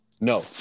No